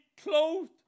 clothed